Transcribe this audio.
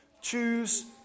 Choose